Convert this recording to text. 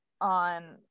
on